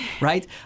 right